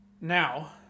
now